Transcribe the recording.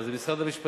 אבל זה משרד המשפטים,